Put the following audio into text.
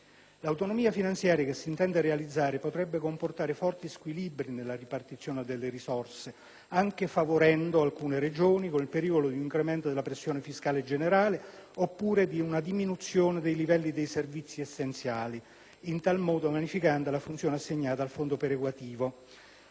L'autonomia finanziaria che si intende realizzare potrebbe comportare forti squilibri nella ripartizione delle risorse, anche favorendo alcune Regioni, con il pericolo di un incremento della pressione fiscale generale, oppure di una diminuzione dei livelli dei servizi essenziali, in tal modo vanificando la funzione assegnata al fondo perequativo.